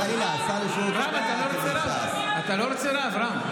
אתה לא רוצה רב, רם?